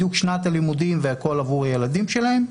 בדיוק שנת הלימודים והכול עבור הילדים שלהם.